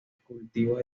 cultivos